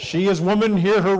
she has women here who